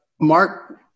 Mark